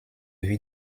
vie